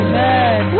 Amen